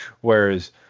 whereas